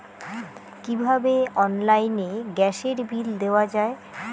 কিভাবে অনলাইনে গ্যাসের বিল দেওয়া যায়?